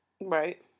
Right